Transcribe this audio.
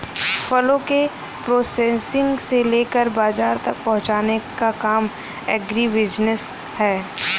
फलों के प्रोसेसिंग से लेकर बाजार तक पहुंचने का काम एग्रीबिजनेस है